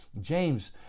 James